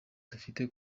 dufite